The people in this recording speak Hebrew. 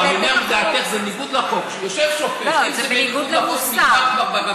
ניסן, אתה טועה.